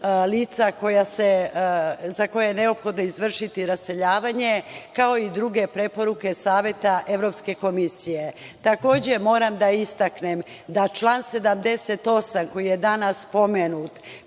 lica za koje je neophodno izvršiti raseljavanje, kao i druge preporuke Saveta Evropske komisije. Takođe, moram da istaknem da član 78, koji je danas spomenut,